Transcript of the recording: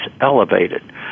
elevated